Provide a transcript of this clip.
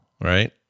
right